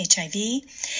HIV